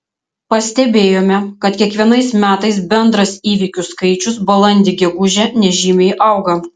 pastebėjome kad kiekvienais metais bendras įvykių skaičius balandį gegužę nežymiai auga